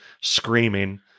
screaming